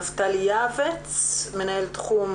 בבקשה, נפתלי יעבץ, מנהל תחום